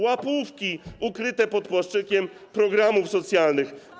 Łapówki ukryte pod płaszczykiem programów socjalnych.